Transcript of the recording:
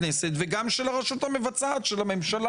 די.